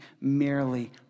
merely